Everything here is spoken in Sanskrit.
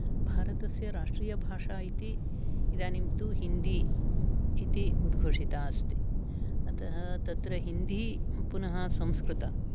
भारतस्य राष्ट्रीयभाषा इति इदानीं तु हिन्दी इति उद्घोषिता अस्ति अतः तत्र हिन्दी पुनः संस्कृतम्